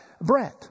Brett